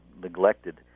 neglected